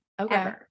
Okay